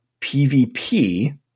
PvP